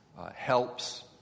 helps